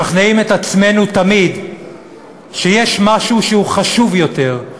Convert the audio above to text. משכנעים את עצמנו תמיד שבמדינת ישראל יש משהו שהוא חשוב יותר,